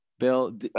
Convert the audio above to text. Bill